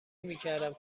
نمیکردم